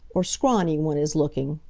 or scrawny one is looking.